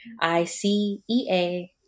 I-C-E-A